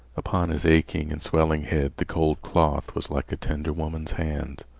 upon his aching and swelling head the cold cloth was like a tender woman's hand.